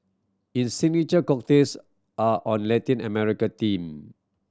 its signature cocktails are on Latin American theme